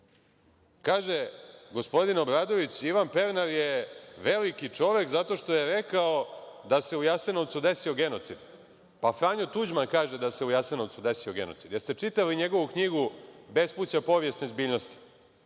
Kaže gospodin Obradović - Ivan Pernar je veliki čovek zato što je rekao da se u Jasenovcu desio genocid. Pa, Franjo Tuđman kaže da se u Jasenovcu desio genocid. Jel ste čitali njegovu knjigu „Bespuća povijesne zbiljnosti“?